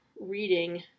reading